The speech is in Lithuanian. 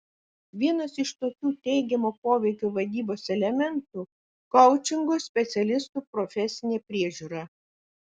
vienas iš tokių teigiamo poveikio vadybos elementų koučingo specialistų profesinė priežiūra